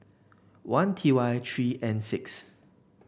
one T Y three N six